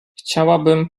chciałabym